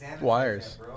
wires